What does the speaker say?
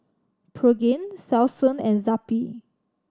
Pregain Selsun and Zappy